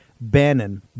Bannon